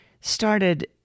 started